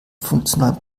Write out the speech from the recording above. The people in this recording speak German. funktionalen